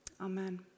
Amen